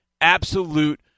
absolute